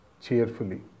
cheerfully